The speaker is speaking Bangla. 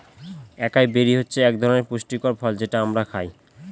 একাই বেরি হচ্ছে এক ধরনের পুষ্টিকর ফল যেটা আমরা খায়